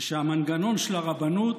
והמנגנון של הרבנות